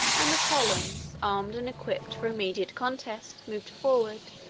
and the columns, armed and equipped for immediate contest, moved forward.